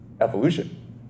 Evolution